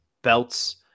belts